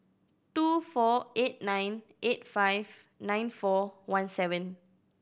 two four eight nine eight five nine four one seven